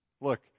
look